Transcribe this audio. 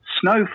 snow